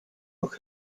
noch